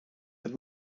het